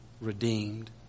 redeemed